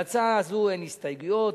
להצעה אין הסתייגויות,